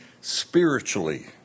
spiritually